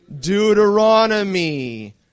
Deuteronomy